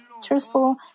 Truthful